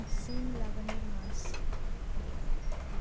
সিম লাগানোর মাস?